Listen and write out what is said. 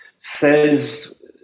says